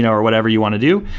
ah or whatever you want to do.